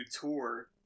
tour